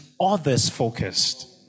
others-focused